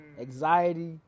anxiety